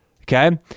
okay